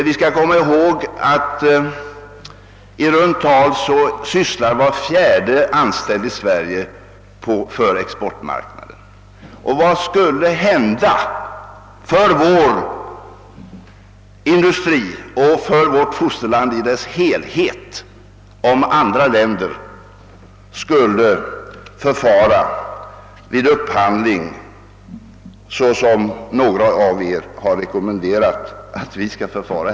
Vi skall komma ihåg att i runt tal var fjärde anställd i Sverige arbetar för exportmarknaden. Och vad skulle hända för vår industri och för »fosterlandet i dess helhet» om andra länder vid upphandling skulle förfara så som några av kammarledamöterna rekommenderat att vi skall förfara?